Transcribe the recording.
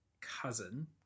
cousin